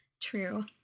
True